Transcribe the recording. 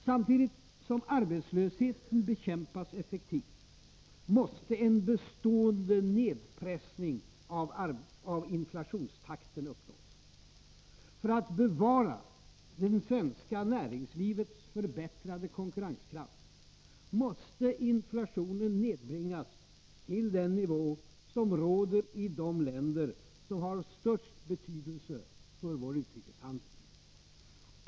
Samtidigt som arbetslösheten bekämpas effektivt måste en bestående nedpressning av inflationstakten uppnås. För att bevara det svenska näringslivets förbättrade konkurrenskraft måste inflationen nedbringas till den nivå som råder i de länder som har störst betydelse för vår utrikeshandel.